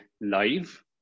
live